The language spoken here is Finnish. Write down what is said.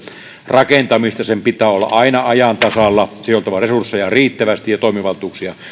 rakentamista sen pitää olla aina ajan tasalla siihen on oltava resursseja riittävästi ja toimivaltuuksia